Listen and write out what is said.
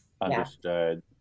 Understood